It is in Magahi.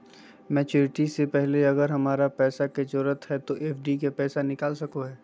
मैच्यूरिटी से पहले अगर हमरा पैसा के जरूरत है तो एफडी के पैसा निकल सको है?